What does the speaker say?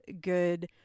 good